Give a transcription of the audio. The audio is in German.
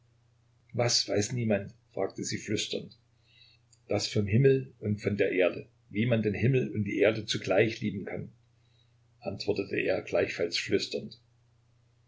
was weiß niemand fragte sie flüsternd das vom himmel und von der erde wie man den himmel und die erde zugleich lieben kann antwortete er gleichfalls flüsternd